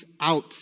out